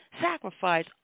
sacrifice